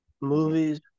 movies